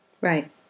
Right